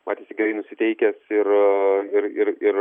matėsi gerai nusiteikęs ir ir ir ir